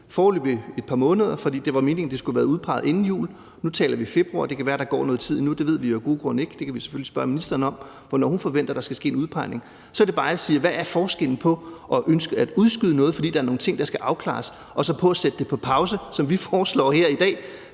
foreløbig et par måneder, for det var meningen, at det skulle have været udpeget inden jul. Nu taler vi februar, og det kan være, der går noget tid endnu. Det ved vi af gode grunde ikke, men vi kan selvfølgelig spørge ministeren om, hvornår hun forventer der skal ske en udpegning. Så er det bare, jeg siger: Hvad er forskellen på at ønske at udskyde noget, fordi der er nogle ting, der skal afklares, og så på at sætte det på pause, som vi foreslår her i dag